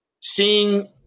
seeing